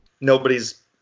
nobody's